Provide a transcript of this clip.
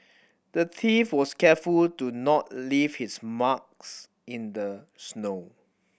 the thief was careful to not leave his marks in the snow